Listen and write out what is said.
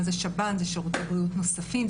שב"ן זה שירותי בריאות נוספים,